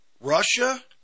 Russia